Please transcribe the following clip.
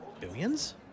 billions